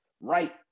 right